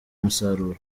umusaruro